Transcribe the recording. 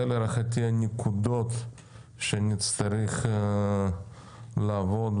להערכתי, אלו הנקודות שנצטרך לעבוד עליהן.